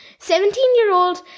Seventeen-year-old